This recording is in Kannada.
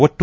ಒಟ್ಟು